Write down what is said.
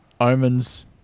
omens